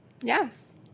Yes